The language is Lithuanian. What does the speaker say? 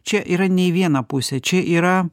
čia yra ne į vieną pusę čia yra